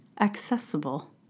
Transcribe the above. accessible